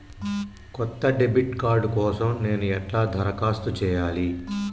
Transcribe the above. కొత్త debit card కోసం నేను ఎట్లా దరఖాస్తు చేయాలి?